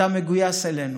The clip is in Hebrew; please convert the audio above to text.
אז אתה מגויס אלינו,